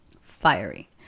fiery